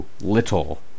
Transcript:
little